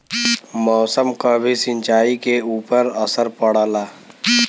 मौसम क भी सिंचाई के ऊपर असर पड़ला